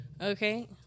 Okay